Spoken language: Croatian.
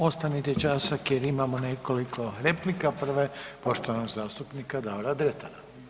Ostanite časak jer imamo nekoliko replika, prva je poštovanog zastupnika Davora Dretara.